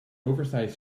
oversized